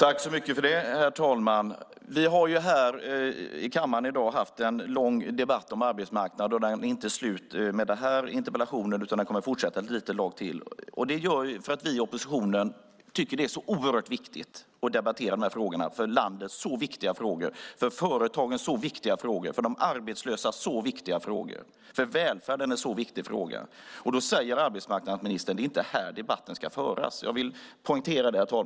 Herr talman! Vi har i kammaren i dag haft en lång debatt om arbetsmarknaden, och den är inte slut i och med den här interpellationen, utan den kommer att fortsätta ett litet tag till. Vi i oppositionen tycker att det är oerhört viktigt att debattera de här frågorna. Det är för landet viktiga frågor, för företagen viktiga frågor, för de arbetslösa viktiga frågor och för välfärden viktiga frågor. Då säger arbetsmarknadsministern: Det är inte här debatten ska föras. Jag vill poängtera det, herr talman.